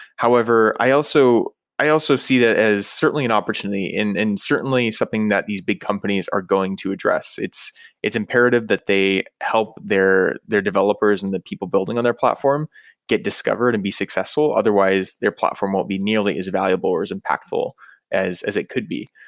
however, i also i also see that as certainly an opportunity and certainly something that these big companies are going to address. it's it's imperative that they help their their developers and the people building on their platform get discovered and be successful. otherwise, their platform won't be nearly as valuable or as impactful as as it could be.